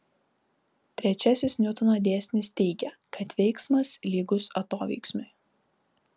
trečiasis niutono dėsnis teigia kad veiksmas lygus atoveiksmiui